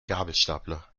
gabelstapler